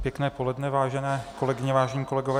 Pěkné poledne, vážené kolegyně, vážení kolegové.